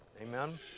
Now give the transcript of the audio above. Amen